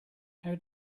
how